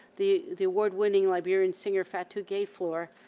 the the award-winning liberian singer, fatu gayflor,